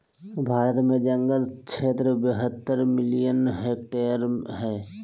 भारत में जंगल क्षेत्र बहत्तर मिलियन हेक्टेयर हइ